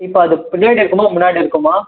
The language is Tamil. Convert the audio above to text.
இப்போ அது பின்னாடி இருக்குமா முன்னாடி இருக்குமா